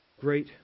great